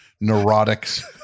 neurotics